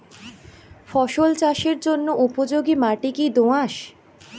ফসল চাষের জন্য উপযোগি মাটি কী দোআঁশ?